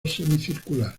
semicircular